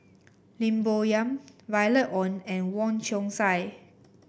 Lim Bo Yam Violet Oon and Wong Chong Sai